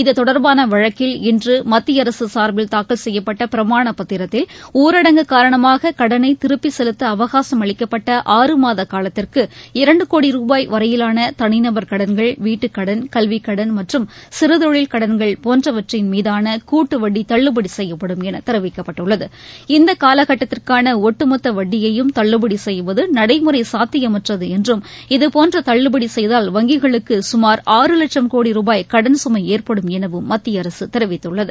இதுதொடர்பான வழக்கில் இன்று மத்திய அரசு சார்பில் தாக்கல் செய்யப்பட்ட பிரமாணப் பத்திரத்தில் ஊரடங்கு காரணமாக கடனை திருப்பி செலுத்த அவகாசம் அளிக்கப்பட்ட ஆறு மாத காலத்திற்கு இரண்டு கோடி ரூபாய் வரையிலாள தனிநபர் கடன்கள் வீட்டுக்கடன் கல்விக்கடன் மற்றும் சிறுதொழில் கடன்கள் போன்றவற்றின் மீதான கூட்டுவட்டி தள்ளுபடி செய்யப்படும் என தெரிவிக்கப்பட்டுள்ளது இந்த காலகட்டத்திற்கான ஒட்டுமொத்த வட்டியையும் தள்ளுபடி செய்வது நடைமுறை காத்தியமற்றது என்றும் இதுபோன்ற தள்ளுபடி செய்தால் வங்கிகளுக்கு சுமார் ஆறு லட்சம் கோடி ரூபாய் கடன் சுமை ஏற்படும் எனவும் மத்திய அரசு தெரிவித்துள்ளது